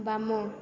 ବାମ